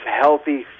healthy